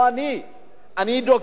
אני דוגל בשוק חופשי,